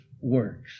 works